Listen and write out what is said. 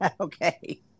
Okay